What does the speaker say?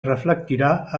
reflectirà